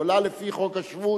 היא עולה לפי חוק השבות,